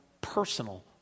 personal